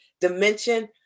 dimension